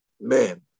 man